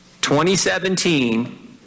2017